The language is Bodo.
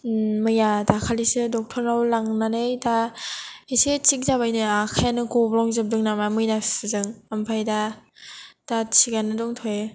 मैया दाखालिसो डक्टरनाव लांनानै दा एसे थिख जाबायनो आखाइयानो गब्लंजोबदों नामा मैना सुजों ओमफ्राय दा दा थिखानो दंथयो